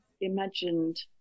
imagined